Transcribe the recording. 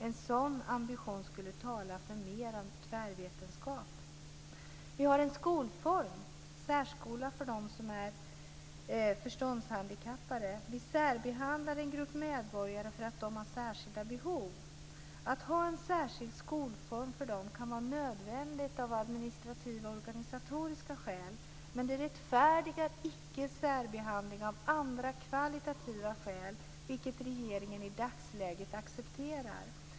En sådan ambition skulle tala för mer av tvärvetenskap. Vi har en skolform, särskola, för dem som är förståndshandikappade. Vi särbehandlar en grupp medborgare därför att de har särskilda behov. Att ha en särskild skolform för dem kan vara nödvändigt av administrativa och organisatoriska skäl. Men detta rättfärdigar icke särbehandling av andra kvalitativa skäl, vilket regeringen i dagsläget accepterar.